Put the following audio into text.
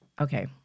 Okay